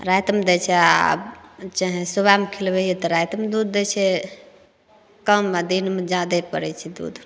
रातिमे दै छियै आ चाहेँ सुबहमे खिलबै हियै तऽ रातिमे दूध दै छै कम आ दिनमे जादे पड़ैत छै दूध